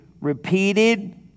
repeated